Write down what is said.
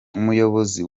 umuyobozi